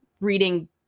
reading